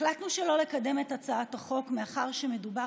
החלטנו שלא לקדם את הצעת החוק מאחר שמדובר